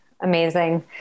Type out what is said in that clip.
amazing